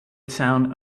town